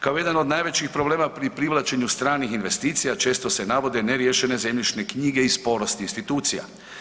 Kao jedan od najvećih problema pri privlačenju stranih investicija često se navode neriješene zemljišne knjige i sporost institucija.